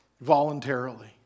Voluntarily